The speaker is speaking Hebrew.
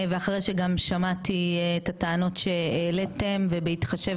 ואחרי שגם שמעתי את הטענות שהעליתם ובהתחשב